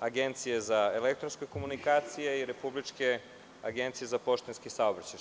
agencije za elektronske komunikacije i republičke agencije za poštanski saobraćaj.